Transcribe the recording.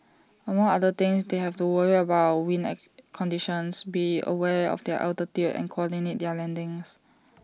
among other things they have to worry about wind conditions be aware of their altitude and coordinate their landings